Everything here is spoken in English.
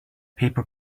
paper